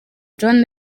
john